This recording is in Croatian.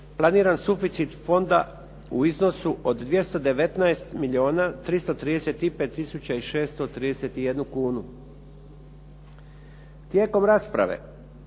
planiran suficit fonda u iznosu od 219 milijuna 335 tisuća i 631 kunu. Tijekom rasprave